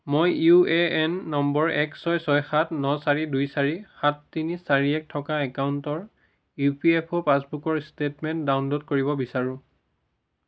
মই U A N number এক ছয় ছয় সাত ন চাৰি দুই চাৰি সাত তিনি চাৰি এক থকা একাউণ্টৰ ইউ পি এফ অ' পাছবুকৰ ষ্টেটমেণ্ট ডাউনলোড কৰিব বিচাৰোঁ